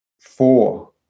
Four